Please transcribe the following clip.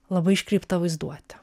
labai iškreipta vaizduote